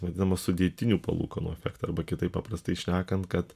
vadinamą sudėtinių palūkanų efektą arba kitaip paprastai šnekant kad